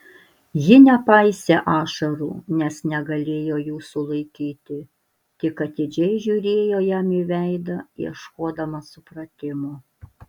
ji nepaisė ašarų nes negalėjo jų sulaikyti tik atidžiai žiūrėjo jam į veidą ieškodama supratimo